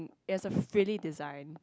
it has a frilly design